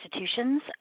institutions